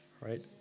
right